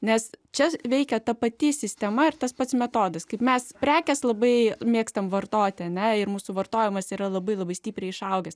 nes čia veikia ta pati sistema ir tas pats metodas kaip mes prekės labai mėgstame vartoti ne ir mūsų vartojimas yra labai labai stipriai išaugęs